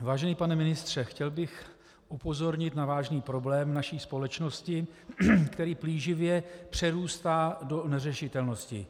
Vážený pane ministře, chtěl bych upozornit na vážný problém naší společnosti, který plíživě přerůstá do neřešitelnosti.